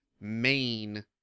main